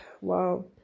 Wow